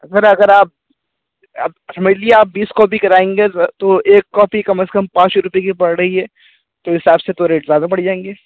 سر اگر آپ آپ سمجھ لیجیے آپ بیس کاپی کرائیں گے تو ایک کاپی کم از کم پانچ روپیے کی پڑ رہی ہے تو اس حساب سے ریٹ زیادہ بڑھ جائیں گے